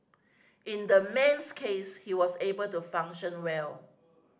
in the man's case he was able to function well